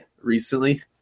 recently